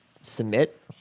submit